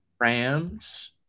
Rams